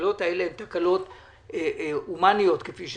תקלות אנושיות או